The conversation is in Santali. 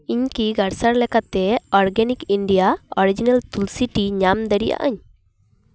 ᱤᱧ ᱠᱤ ᱜᱟᱨᱥᱟᱨ ᱞᱮᱠᱟᱛᱮ organic India original tulsi tea ᱧᱟᱢ ᱫᱟᱲᱮᱭᱟᱜ ᱟᱹᱧ